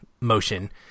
motion